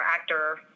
actor